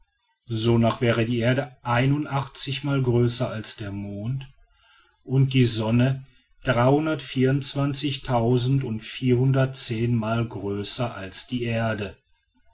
kilometer sonach wäre die erde mal größer als der mond und die sonne mal größer als die erde